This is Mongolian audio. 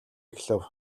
эхлэв